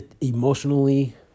emotionally